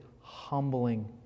humbling